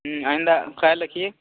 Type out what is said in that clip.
ہوں آئندہ خیال رکھیے